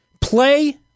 Play